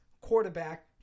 quarterback